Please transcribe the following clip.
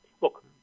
look